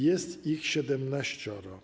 Jest ich 17.